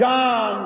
John